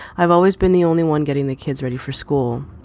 i've always been the only one getting the kids ready for school,